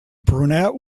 brunette